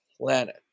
planet